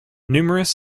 numerous